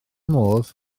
modd